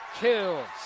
kills